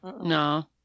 No